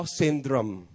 syndrome